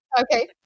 Okay